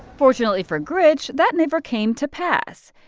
fortunately for grych, that never came to pass.